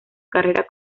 carrera